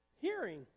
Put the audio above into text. hearing